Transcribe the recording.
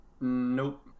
nope